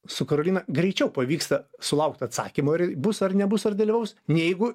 su karolina greičiau pavyksta sulaukt atsakymo ir bus ar nebus ar dalyvaus neigu